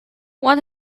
what